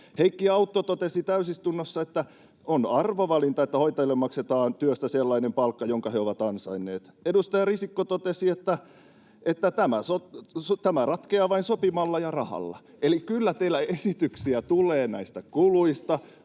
Heikki Autto totesi täysistunnossa, että on arvovalinta, että hoitajille maksetaan työstä sellainen palkka, jonka he ovat ansainneet. Edustaja Risikko totesi, että tämä ratkeaa vain sopimalla ja rahalla. [Paula Risikko: Kyllä!] Eli kyllä teillä esityksiä tulee näistä kuluista.